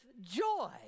joy